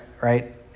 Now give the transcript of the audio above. right